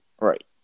Right